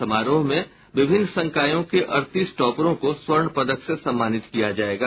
समारोह में विभिन्न संकायों के अड़तीस टॉपरों को स्वर्ण पदक से सम्मानित किया जायेगा